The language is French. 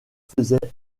faisaient